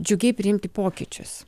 džiugiai priimti pokyčius